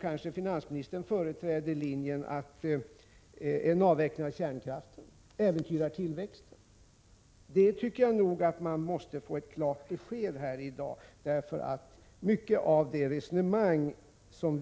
Kanske finansministern företräder den linjen att en avveckling av kärnkraften äventyrar tillväxten? Vi måste få ett klart besked om det i dag. Mycket av vårt resonemang om